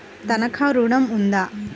తనఖా ఋణం ఉందా?